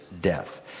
death